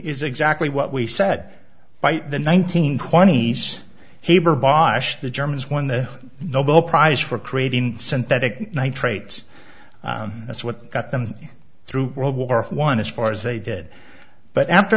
is exactly what we said by the nineteen twenty s heber by the germans won the nobel prize for creating synthetic nitrates that's what got them through world war one as far as they did but after